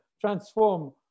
transform